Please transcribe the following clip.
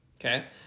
Okay